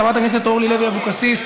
חברת הכנסת אורלי לוי אבקסיס,